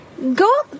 Go